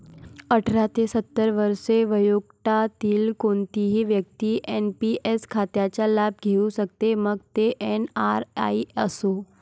अठरा ते सत्तर वर्षे वयोगटातील कोणतीही व्यक्ती एन.पी.एस खात्याचा लाभ घेऊ शकते, मग तो एन.आर.आई असो